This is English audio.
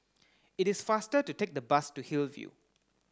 it is faster to take the bus to Hillview